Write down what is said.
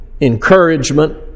encouragement